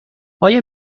آیا